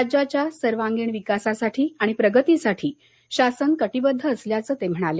राज्याचा सर्वांगीण विकास आणि प्रगतीसाठी शासन कटिबद्ध असल्याचं ते म्हणाले